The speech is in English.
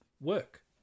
work